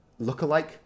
lookalike